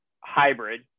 hybrid